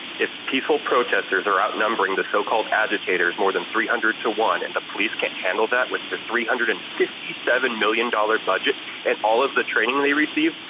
if peaceful protesters are outnumbering the so-called agitators more than three hundred to one, and andthe police cannot handle that with the three hundred and fifty seven million dollars budget and all of the training they received,